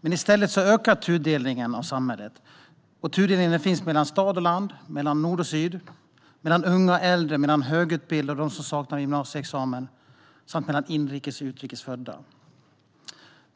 Men i stället ökar tudelningen av samhället. Tudelningen finns mellan stad och land, mellan nord och syd, mellan unga och äldre, mellan högutbildade och dem som saknar gymnasieexamen samt mellan inrikes och utrikes födda.